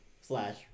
slash